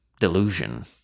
delusion